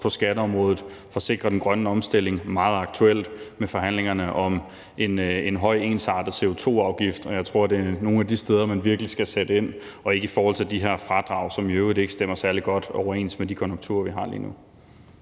på skatteområdet, for at sikre den grønne omstilling – meget aktuelt med forhandlingerne om en høj, ensartet CO2-afgift. Og jeg tror, det er nogle af de steder, hvor man virkelig skal sætte ind, og ikke i forhold til de her fradrag, som i øvrigt ikke stemmer særlig godt overens med de konjunkturer, vi har lige nu.